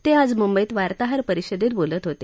ते आज मुंबईत वार्ताहर परिषदेत बोलत होते